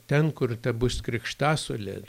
ten kur ta bus krikštasuolė